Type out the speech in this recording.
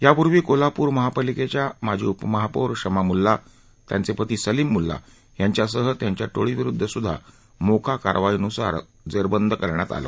यापूर्वी कोल्हापूर महापालिकेच्या माजी उपमहापौर शमा मूल्ला त्यांचे पती सलीम मूल्ला यांच्यासह त्यांच्या टोळीविरुद्ध सुद्धा मोका कारवाई नुसार जेरबंद करण्यात आले